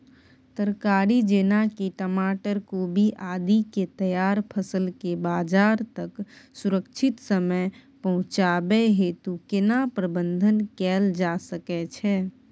तरकारी जेना की टमाटर, कोबी आदि के तैयार फसल के बाजार तक सुरक्षित समय पहुँचाबै हेतु केना प्रबंधन कैल जा सकै छै?